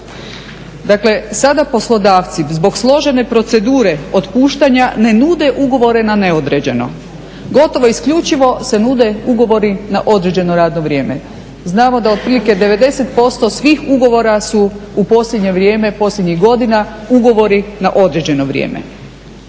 Dakle, sada poslodavci zbog složene procedure otpuštanja ne nude ugovore na neodređeno. Gotovo isključivo se nude ugovori na određeno radno vrijeme. Znamo da otprilike 90% svih ugovora su u posljednje vrijeme, posljednjih godina ugovori na određeno vrijeme.